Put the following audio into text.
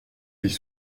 les